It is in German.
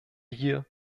hier